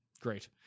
great